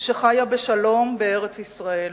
שחיה בשלום בארץ-ישראל.